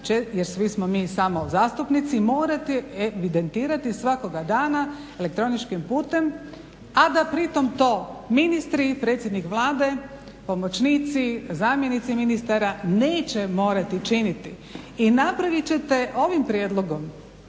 jer svi smo mi samo zastupnici morat evidentirati svakoga dana elektroničkim putem a da pri tom to ministri, predsjednik Vlade, pomoćnici, zamjenici ministara neće morati činiti. I napravit ćete ovim prijedlogom